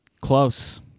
Close